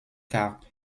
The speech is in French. carpe